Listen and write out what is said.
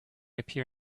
appear